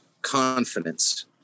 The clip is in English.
Confidence